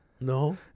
no